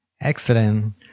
Excellent